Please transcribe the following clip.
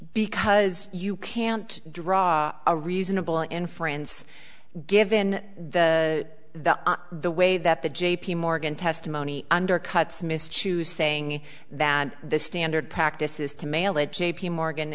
because you can't draw a reasonable in france given the the the way that the j p morgan testimony undercuts miss choose saying that the standard practice is to mail it j p morgan